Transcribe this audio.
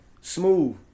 Smooth